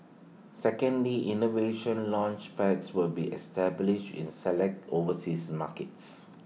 secondly innovation Launchpads will be established in selected overseas markets